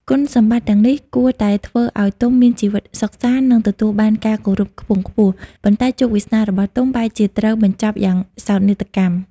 គុណសម្បត្តិទាំងនេះគួរតែធ្វើឲ្យទុំមានជីវិតសុខសាន្ត និងទទួលបានការគោរពខ្ពង់ខ្ពស់ ប៉ុន្តែជោគវាសនារបស់ទុំបែរជាត្រូវបញ្ចប់យ៉ាងសោកនាដកម្ម។